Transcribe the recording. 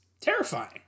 terrifying